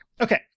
Okay